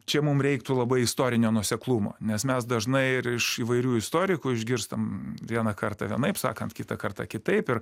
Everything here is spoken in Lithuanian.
čia mum reiktų labai istorinio nuoseklumo nes mes dažnai ir iš įvairių istorikų išgirstam vieną kartą vienaip sakant kitą kartą kitaip ir